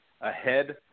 ahead